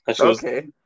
Okay